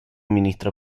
ministro